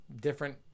Different